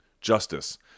justice